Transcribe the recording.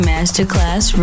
Masterclass